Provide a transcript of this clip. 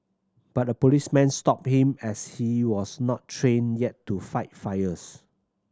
but the policeman stopped him as he was not trained yet to fight fires